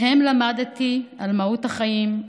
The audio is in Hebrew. מהם למדתי על מהות החיים,